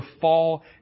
fall